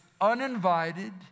uninvited